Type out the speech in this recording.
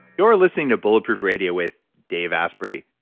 you are listening to bulletproof radio with dave asprey.